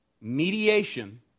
mediation